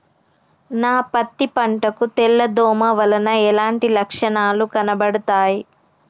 నా పత్తి పంట కు తెల్ల దోమ వలన ఎలాంటి లక్షణాలు కనబడుతాయి?